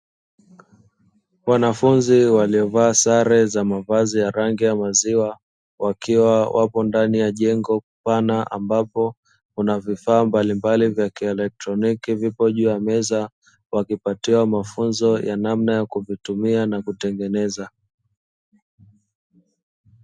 Wanafunzi waliovaa sare za mavazi ya rangi ya maziwa, wakiwa wapo ndani ya jengo pana ambapo, kuna vifaa mbalimbali vya kielektroniki vipo juu ya meza, wakipatiwa mafunzo ya namna ya kuvitumia na kutengeneza.